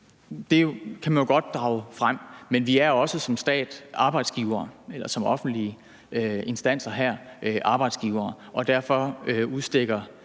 Det kan man jo godt drage frem. Men vi er også som stat eller offentlige instanser arbejdsgivere, og derfor udstikker